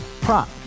Prop